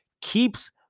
keeps